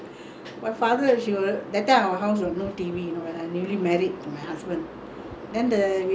then the we have to go to my sister-in-law's house or our neighbour's my mother will sneak slowly sneak from the backdoor